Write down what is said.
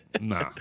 Nah